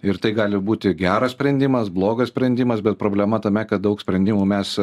ir tai gali būti geras sprendimas blogas sprendimas bet problema tame kad daug sprendimų mes